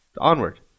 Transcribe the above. Onward